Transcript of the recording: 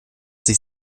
sich